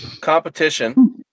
competition